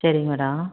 சரிங்க மேடம்